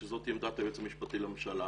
שזו עמדת היועץ המשפטי לממשלה.